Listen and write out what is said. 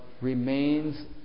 remains